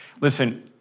listen